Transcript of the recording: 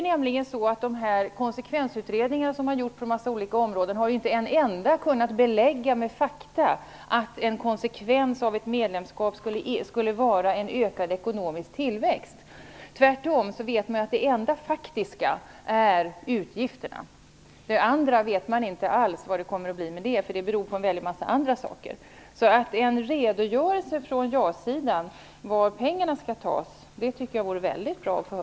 Inte en enda av de konsekvensutredningar som har gjorts på en mängd områden har kunnat belägga med fakta att en konsekvens av ett medlemskap skulle vara en ökad ekonomisk tillväxt. Tvärtom vet man att det enda faktiska är utgifterna. Hur det blir med det andra vet man inte alls, eftersom det beror på en mängd andra saker. Det vore väldigt bra att få en redogörelse från ja-sidan om var pengarna skall tas!